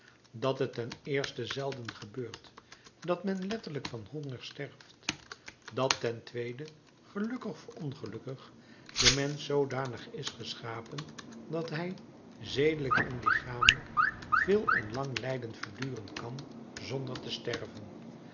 dat het ten eerste zelden gebeurt dat men letterlijk van honger sterft dat ten tweede gelukkig of ongelukkig de mensch zoodanig is geschapen dat hij zedelijk en lichamelijk veel en lang lijden verduren kan zonder te sterven